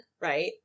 right